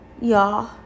Y'all